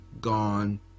gone